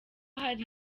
hari